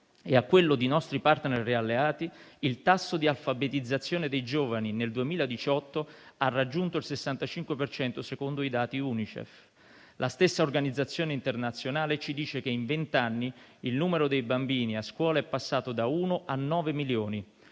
e a quello di nostri *partner* e alleati, il tasso di alfabetizzazione dei giovani nel 2018 ha raggiunto il 65 per cento, secondo i dati Unicef. La stessa organizzazione internazionale ci dice che in vent'anni il numero dei bambini a scuola è passato da 1 milione